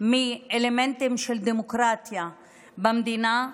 מאלמנטים של דמוקרטיה במדינה,